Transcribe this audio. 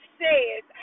says